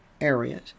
areas